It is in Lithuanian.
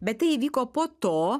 bet tai įvyko po to